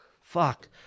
Fuck